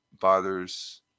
bothers